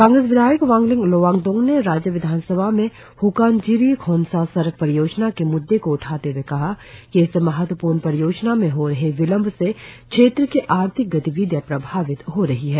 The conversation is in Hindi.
कांगेस विधायक वांगलिंग लोवांगडोंग ने राज्य विधानसभा में ह्कानजिरी खोंसा सड़क परियोजना के मुद्दे को उठाते हए कहा कि इस महत्वपूर्ण परियोजना में हो रहे विलंब से क्षेत्र की आर्थिक गतिविधियां प्रभावित हो रही है